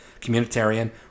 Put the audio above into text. communitarian